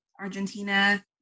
Argentina